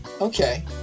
okay